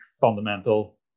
fundamental